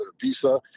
visa